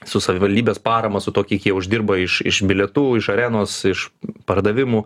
su savivaldybės parama su tuo kiek jie uždirba iš iš bilietų iš arenos iš pardavimų